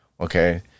okay